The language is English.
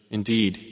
Indeed